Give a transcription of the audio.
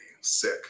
sick